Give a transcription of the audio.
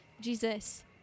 Jesus